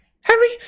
Harry